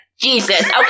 Jesus